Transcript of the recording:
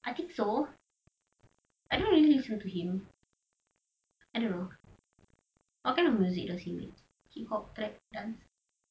I think so I don't really listen to him I don't know what kind of music does he make K-pop track dance